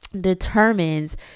determines